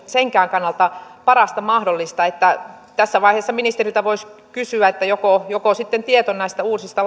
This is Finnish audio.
kannalta parasta mahdollista tässä vaiheessa ministeriltä voisi kysyä joko joko tieto näistä uusista